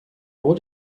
raw